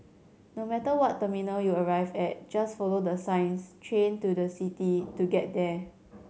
no matter what terminal you arrive at just follow the signs Train to the City to get there